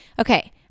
Okay